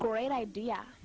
great idea